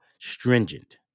stringent